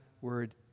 word